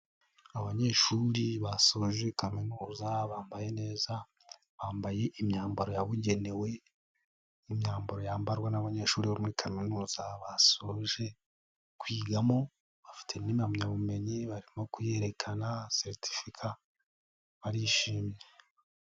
Abanyeshuri basoje kaminuza bambaye neza, bambaye imyambaro yabugenewe, ni myambaro yambarwa n'abanyeshuri bo muri kaminuza basoje kwigamo, bafite n'impamyabumenyi, barimo kuyerekana seretifika barishimye.